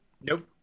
Nope